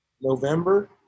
November